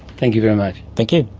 thank you very much. thank you.